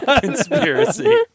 conspiracy